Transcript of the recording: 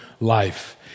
life